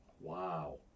Wow